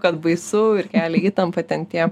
kad baisu ir kelia įtampą ten tie